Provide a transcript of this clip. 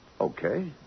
Okay